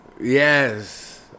Yes